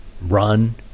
run